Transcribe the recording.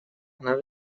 она